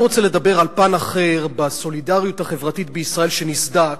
אני רוצה לדבר על פן אחר בסולידריות החברתית בישראל שנסדק,